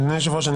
אדוני היושב-ראש,